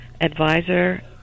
advisor